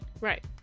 Right